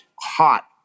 hot